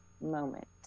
moment